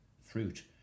fruit